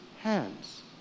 hands